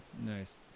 Nice